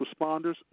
responders